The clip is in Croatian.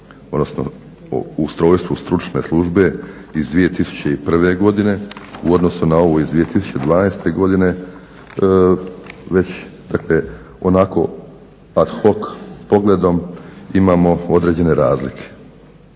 odnosno o ustrojstvu Stručne službe iz 2001. godine u odnosu na ovo iz 2012. godine već dakle onako ad hoc pogledom imamo određene razlike,